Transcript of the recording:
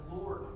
Lord